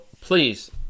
please